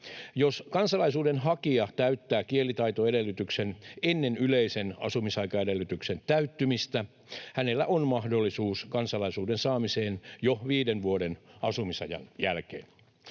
Jos kansalaisuuden hakija täyttää kielitaitoedellytyksen ennen yleisen asumisaikaedellytyksen täyttymistä, hänellä on mahdollisuus kansalaisuuden saamiseen jo viiden vuoden asumisajan jälkeen.